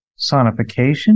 sonification